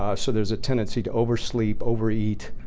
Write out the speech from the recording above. ah so there's a tendency to oversleep, overeat,